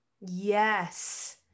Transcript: Yes